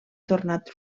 tornat